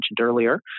earlier